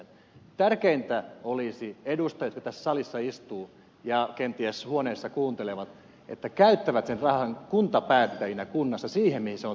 tärkeintä olisi edustajilta jotka tässä salissa istuvat ja kenties huoneissaan kuuntelevat että käyttävät sen rahan kuntapäättäjinä kunnassa siihen mihin se on tarkoitettu